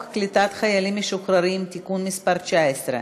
קליטת חיילים משוחררים (תיקון מס' 19),